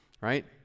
right